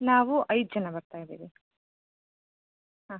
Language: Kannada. ನಾವು ಐದು ಜನ ಬರ್ತಾಯಿದ್ದೀವಿ ಹಾಂ